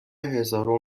هزارم